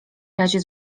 razie